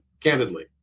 candidly